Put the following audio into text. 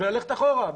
וללכת אחורה.